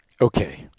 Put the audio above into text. Okay